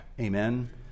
Amen